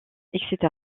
etc